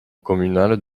communale